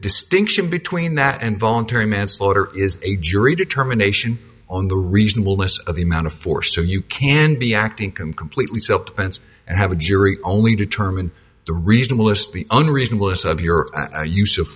distinction between that and voluntary manslaughter is a jury determination on the reasonableness of the amount of force so you can be acting can completely self defense and have a jury only determine the reasonable list the unreasonable is of your use of